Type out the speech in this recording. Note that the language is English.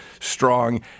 strong